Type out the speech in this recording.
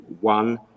one